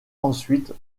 ensuite